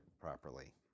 properly